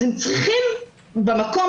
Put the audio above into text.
אז אם צריכים במקום